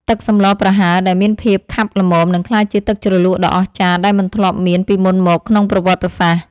ទឹកសម្លប្រហើរដែលមានភាពខាប់ល្មមនឹងក្លាយជាទឹកជ្រលក់ដ៏អស្ចារ្យដែលមិនធ្លាប់មានពីមុនមកក្នុងប្រវត្តិសាស្ត្រ។